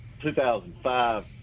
2005